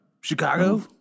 Chicago